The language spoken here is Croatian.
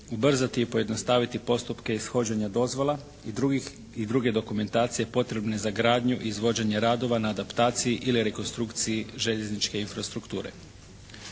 ubrzati i pojednostaviti postupke ishođenja dozvola i druge dokumentacije potrebne za gradnju i izvođenje radova na adaptaciji ili rekonstrukciji željezničke infrastrukture.